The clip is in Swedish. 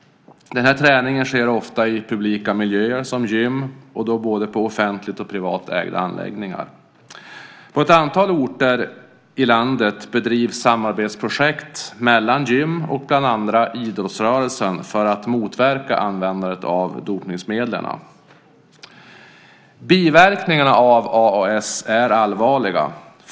Denna träning sker ofta i publika miljöer som gym, och då på både offentligt och privat ägda anläggningar. På ett antal orter i landet bedrivs samarbetsprojekt mellan gym och bland annat idrottsrörelsen för att motverka användandet av dopningsmedlen. Biverkningarna av AAS är allvarliga.